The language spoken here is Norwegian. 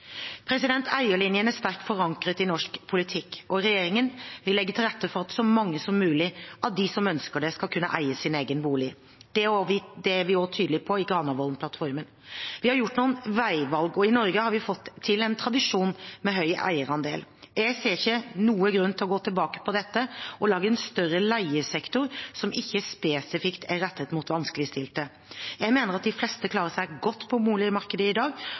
Eierlinjen er sterkt forankret i norsk politikk. Regjeringen vil legge til rette for at så mange som mulig av dem som ønsker det, skal kunne eie sin egen bolig. Det er vi også tydelige på i Granavolden-plattformen. Vi har gjort noen veivalg, og i Norge har vi fått til en tradisjon med høy eierandel. Jeg ser ikke noen grunn til å gå tilbake på dette og lage en større leiesektor som ikke spesifikt er rettet mot vanskeligstilte. Jeg mener at de fleste klarer seg godt på boligmarkedet i